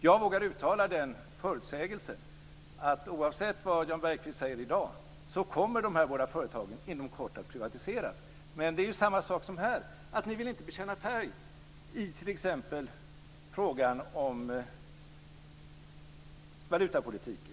Jag vågar uttala förutsägelsen att oavsett vad Jan Bergqvist säger i dag så kommer de här båda företagen inom kort att privatiseras. Men det är samma sak här - ni vill inte vill bekänna färg, precis som i exempelvis frågan om valutapolitiken.